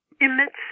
emits